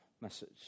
message